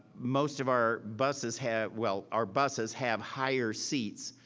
most of our buses have, well, our buses have higher seats.